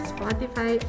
Spotify